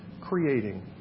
creating